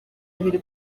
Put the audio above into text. abiri